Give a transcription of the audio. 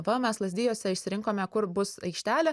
va mes lazdijuose išsirinkome kur bus aikštelė